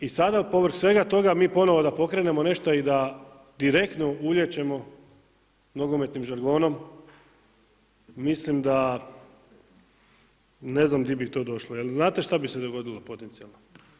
I sada povrh svega toga mi ponovo da pokrenemo nešto i da direktno ulijećemo, nogometnim žargonom, mislim da ne znam di bi to došlo, jer znate šta bi se dogodilo potencijalno?